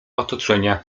otoczenia